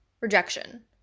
rejection